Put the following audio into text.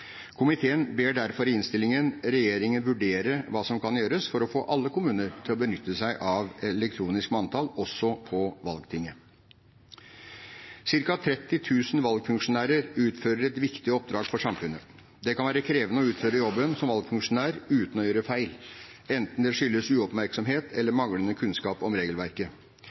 Komiteen ber derfor i innstillingen regjeringen vurdere hva som kan gjøres for å få alle kommuner til å benytte seg av elektronisk manntall også på valgtinget. Cirka 30 000 valgfunksjonærer utfører et viktig oppdrag for samfunnet. Det kan være krevende å utføre jobben som valgfunksjonær uten å gjøre feil, enten det skyldes uoppmerksomhet eller manglende kunnskap om regelverket.